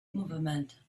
movement